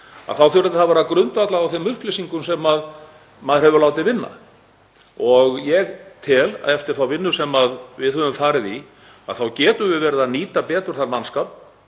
þá þurfi það að vera grundvallað á þeim upplýsingum sem maður hefur látið vinna. Ég tel að eftir þá vinnu sem við höfum farið í þá getum við nýtt betur þann mannskap